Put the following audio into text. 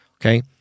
Okay